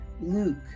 Luke